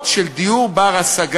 ששש.